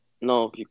No